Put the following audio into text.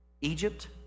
Egypt